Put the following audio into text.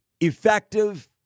effective